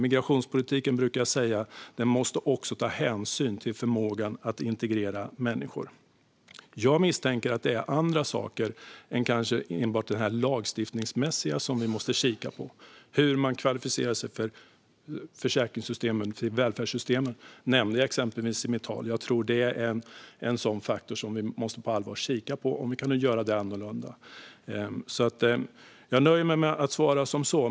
Jag brukar säga att migrationspolitiken måste ta hänsyn till förmågan att integrera människor. Jag misstänker att det är andra saker än kanske enbart det lagstiftningsmässiga som vi måste kika på. Hur man kvalificerar sig till välfärdssystemen nämnde jag exempelvis i mitt anförande. Jag tror att det, om vi kan göra det annorlunda, är en sådan faktor som vi på allvar måste kika på. Jag nöjer mig med att svara som så.